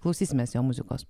klausysimės jo muzikos